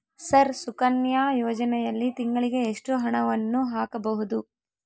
Sir Sukanya ಯೋಜನೆಯಲ್ಲಿ ತಿಂಗಳಿಗೆ ಎಷ್ಟು ಹಣವನ್ನು ಹಾಕಬಹುದು?